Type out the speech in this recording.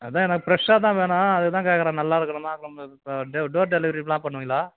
அதுதான் எனக்கு ஃப்ரெஷ்ஷாக தான் வேணும் அதுக்குதான் கேட்குறேன் நல்லா இருக்கணும்னால் அப்புறோம் இந்த டோ டோர் டெலிவரியெலாம் பண்ணுவீங்களா